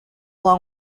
long